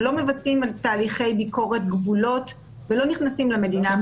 הם לא מבצעים תהליכי ביקורת גבולות ולא נכנסים למדינה.